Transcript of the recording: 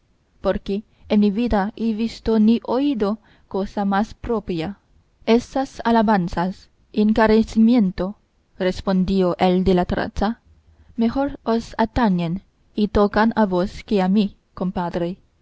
porque en mi vida he visto ni oído cosa más propia esas alabanzas y encarecimiento respondió el de la traza mejor os atañen y tocan a vos que a mí compadre